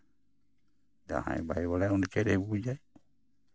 ᱡᱟᱦᱟᱸᱭ ᱵᱟᱭ ᱵᱟᱲᱟᱭᱟ ᱩᱱᱤ ᱪᱮᱫ ᱮ ᱵᱩᱡᱟᱭ